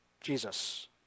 Jesus